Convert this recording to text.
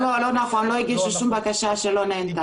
לא נכון, לא הגישו שום בקשה שלא נענתה.